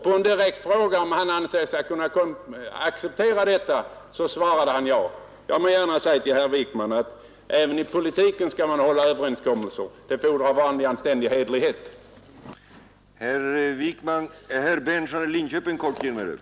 På en direkt fråga om han kunde acceptera detta svarade han ja. Jag må säga till herr Wijkman att även i politiken skall man hålla överenskommelser. Det fordrar vanlig anständighet och hederlighet.